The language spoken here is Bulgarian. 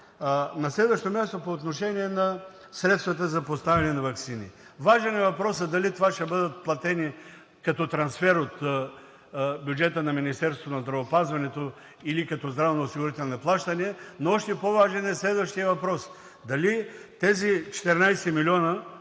На следващо място, по отношение на средствата за поставяне на ваксини. Важен е въпросът дали ще бъдат платени като трансфер от бюджета на Министерството на здравеопазването, или като здравноосигурителни плащания, но още по-важен е следващият въпрос: дали тези 14 милиона